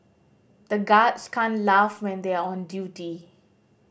the guards can't laugh when they are on duty